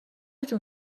جون